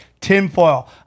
tinfoil